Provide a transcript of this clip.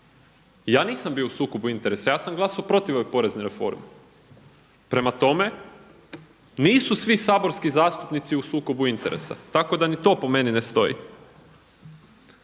Ja nisam bio u sukobu interesa. Ja sam glasao protiv ove porezne reforme. Prema tome, nisu svi saborski zastupnici u sukobu interesa, tako da ni to po meni ne stoji.